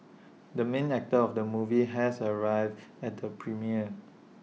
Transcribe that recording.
the main actor of the movie has arrived at the premiere